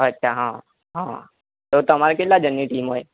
અચ્છા હા હા તો તમારે કેટલા જણની ટીમ હોય